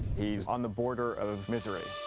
he is on the border of misery.